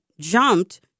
jumped